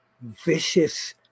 vicious